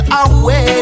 away